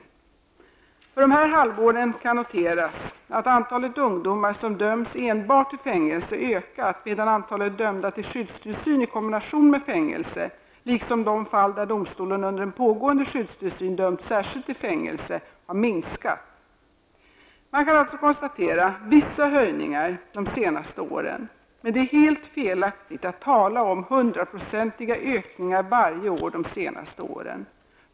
För dessa halvår kan noteras att antalet ungdomar som dömts enbart till fängelse ökat medan antalet dömda till skyddstillsyn i kombination med fängelse liksom de fall där domstolen under en pågående skyddstillsyn dömt särskilt till fängelse minskat. Man kan alltså konstatera vissa höjningar de senaste åren, men det är helt felaktigt att tala om 100-procentiga ökningar varje år de senaste åren.